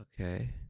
Okay